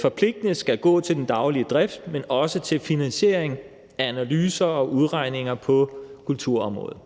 forpligtende skal gå til den daglige drift, men også til finansiering af analyser og udregninger på kulturområdet.